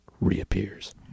Reappears